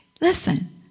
Listen